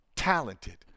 Talented